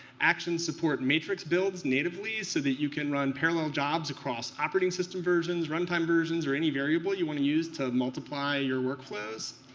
actions support matrix builds natively so that you can run parallel jobs across operating system versions, runtime versions, or any variable you want to use to multiply your workflows.